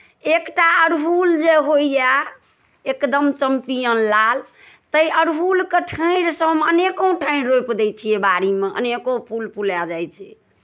एकटा अड़हुल जे होइए एकदम चैम्पियन लाल ताहि अड़हुलके ठाढ़िसँ हम अनेको ठाढ़ि रोपि दै छियै बाड़ीमे अनेको फूल फुलाए जाइ छै